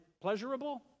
pleasurable